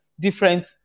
different